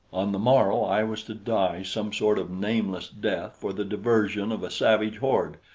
on the morrow i was to die some sort of nameless death for the diversion of a savage horde,